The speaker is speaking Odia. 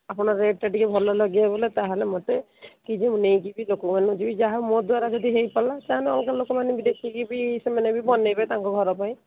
ଆପଣ ରେଟଟା ଟିକେ ଭଲ ଲଗେଇବା ବୋଲେ ତାହେଲେ ମୋତେ ନେଇଯିବି ଲୋକମାନେ ଯିବି ଯାହାହେଉ ମୋ ଦ୍ୱାରା ହେଇପାରିଲା ତାହେଲେ ଅଲଗା ଲୋକମାନେ ଦେଖିକିବି ବନେଇବେ ତାଙ୍କ ଘର ପାଇଁ